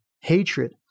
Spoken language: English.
hatred